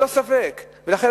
לכן,